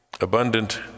abundant